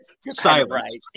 Silence